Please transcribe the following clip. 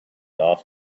off